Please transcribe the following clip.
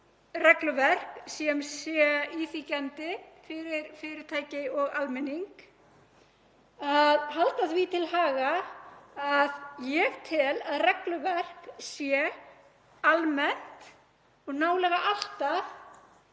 regluverk sem sé íþyngjandi fyrir fyrirtæki og almenning, að halda því til haga að ég tel að regluverk sé almennt og nálega alltaf